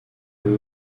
who